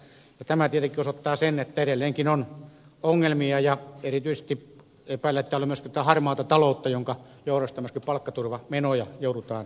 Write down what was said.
tämä tietenkin osoittaa sen että edelleenkin on ongelmia ja erityisesti epäilen että on myöskin harmaata taloutta jonka johdosta myöskin palkkaturvamenoja joudutaan lisäämään